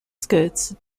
skirts